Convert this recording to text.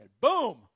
Boom